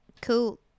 Cool